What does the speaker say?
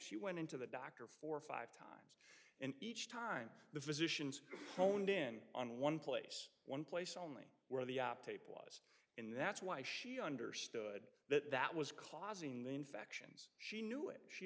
she went into the doctor four or five times and each time the physicians honed in on one place one place only where the op tape was in that's why she understood that that was causing the infections she knew it she